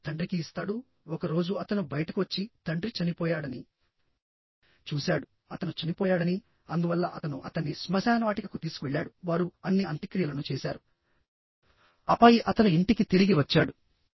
ఆపై తండ్రికి ఇస్తాడు ఒకరోజు అతను బయటకు వచ్చి తండ్రి చనిపోయాడని చూశాడుఅతను చనిపోయాడనిఅందువల్ల అతను అతన్ని శ్మశానవాటిక కు తీసుకువెళ్ళాడు వారు అన్ని అంత్యక్రియలను చేశారు ఆపై అతను ఇంటికి తిరిగి వచ్చాడు